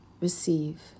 receive